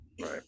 Right